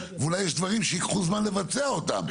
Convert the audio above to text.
ואולי יש דברים שייקחו זמן לבצע אותם,